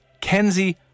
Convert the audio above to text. Kenzie